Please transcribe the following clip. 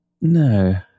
No